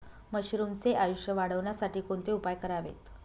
मशरुमचे आयुष्य वाढवण्यासाठी कोणते उपाय करावेत?